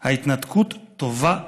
ההתנתקות טובה לביטחון.